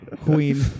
Queen